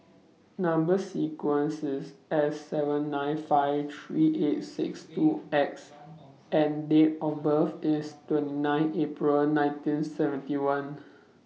Number sequence IS S seven nine five three eight six two X and Date of birth IS twenty nine April nineteen seventy one